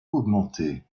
augmenté